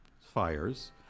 fires